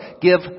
Give